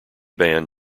band